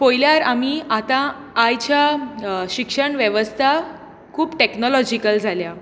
पळयल्यार आमी आतां आयच्या शिक्षण वेवस्था खूप टॅक्नोलॉजीकल जाल्या